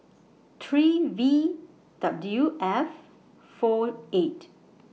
three V W F four eight